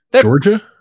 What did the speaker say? Georgia